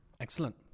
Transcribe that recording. excellent